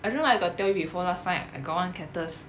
I don't know I got tell you before last time I got one cactus